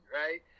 right